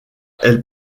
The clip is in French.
elle